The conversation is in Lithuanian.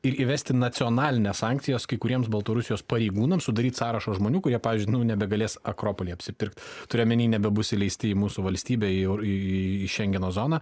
ir įvesti nacionalines sankcijas kai kuriems baltarusijos pareigūnams sudaryti sąrašą žmonių kurie pavyzdžiui nu nebegalės akropolį apsipirkt turiu omeny nebebus įleisti į mūsų valstybę į šengeno zoną